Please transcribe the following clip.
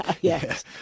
Yes